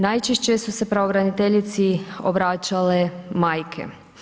Najčešće su se pravobraniteljici obraćale majke.